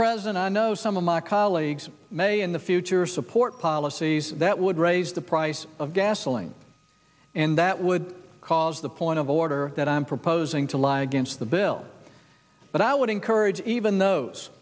president i know some of my colleagues may in the future support policies that would raise the price of gasoline and that would cause the point of order that i'm proposing to lie against the bill but i would encourage even those